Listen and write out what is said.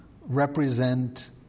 represent